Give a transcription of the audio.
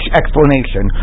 explanation